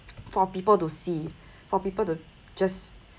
for people to see for people to just